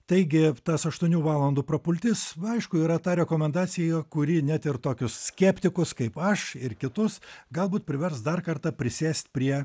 taigi tas aštuonių valandų prapultis aišku yra ta rekomendacija kuri net ir tokius skeptikus kaip aš ir kitus galbūt privers dar kartą prisėst prie